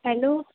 hello